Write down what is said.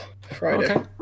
Friday